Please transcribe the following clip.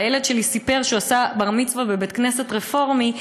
והילד שלי סיפר שהוא עשה בר-מצווה בבית-כנסת רפורמי,